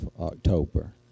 October